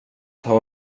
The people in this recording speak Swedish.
har